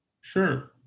Sure